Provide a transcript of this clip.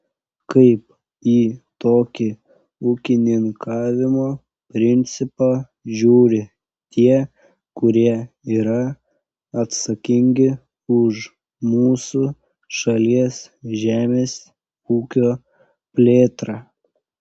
kaip į tokį ūkininkavimo principą žiūri tie kurie yra atsakingi už mūsų šalies žemės ūkio plėtrą